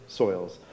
soils